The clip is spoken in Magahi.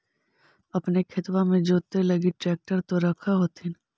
अपने खेतबा मे जोते लगी ट्रेक्टर तो रख होथिन?